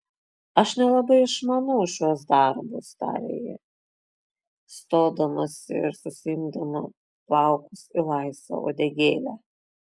aš nelabai išmanau šiuos darbus tarė ji stodamasi ir susiimdama plaukus į laisvą uodegėlę